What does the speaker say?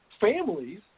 families